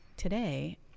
today